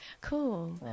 cool